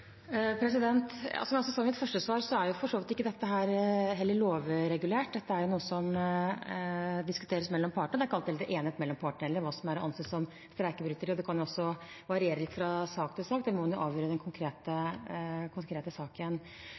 Som jeg sa i mitt første svar, er for så vidt ikke dette lovregulert. Dette er noe som diskuteres mellom partene. Det er heller ikke alltid det er enighet mellom partene om hva som er å anse som streikebryteri, og det kan også variere litt fra sak til sak. Det må en avgjøre i den konkrete saken.